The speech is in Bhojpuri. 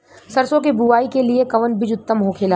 सरसो के बुआई के लिए कवन बिज उत्तम होखेला?